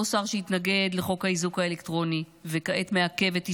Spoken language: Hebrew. אותו שר שהתנגד לחוק האיזוק האלקטרוני וכעת מעכב את יישומו,